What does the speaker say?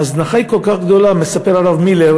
ההזנחה היא כל כך גדולה, מספר הרב מילר